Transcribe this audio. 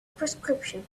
prescription